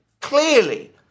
clearly